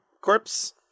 Corpse